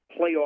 playoff